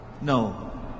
No